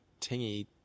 tingy